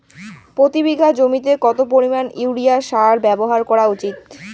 প্রতি বিঘা জমিতে কত পরিমাণ ইউরিয়া সার ব্যবহার করা উচিৎ?